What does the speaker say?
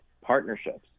partnerships